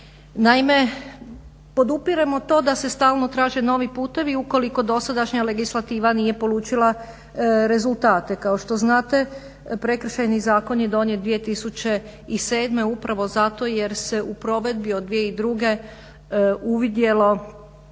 Naime, podupiremo to da se stalno traže novi putevi ukoliko dosadašnja legislativa nije polučila rezultate. Kao što znate Prekršajni zakon je donijet 2007. upravo zato jer se u provedbi od 2002. uvidjelo